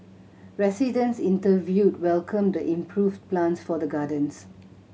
residents interviewed welcomed the improved plans for the gardens